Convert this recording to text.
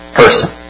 person